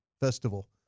festival